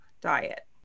diet